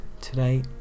today